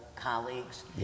colleagues